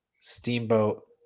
Steamboat